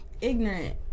ignorant